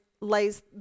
lays